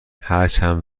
هرچند